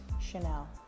Chanel